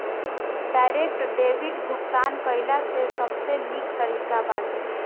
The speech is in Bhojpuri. डायरेक्ट डेबिट भुगतान कइला से सबसे निक तरीका बाटे